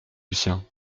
lucien